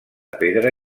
pedra